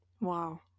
Wow